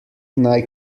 naj